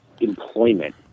employment